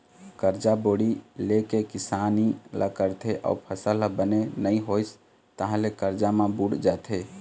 करजा बोड़ी ले के किसानी ल करथे अउ फसल ह बने नइ होइस तहाँ ले करजा म बूड़ जाथे